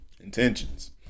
Intentions